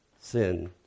sin